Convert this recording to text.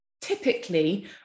typically